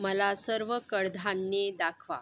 मला सर्व कडधान्ये दाखवा